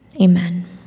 Amen